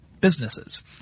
businesses